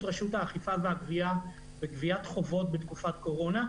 רשות האכיפה והגבייה בכל מה שנוגע לגביית חובות בתקופת קורונה.